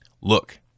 Look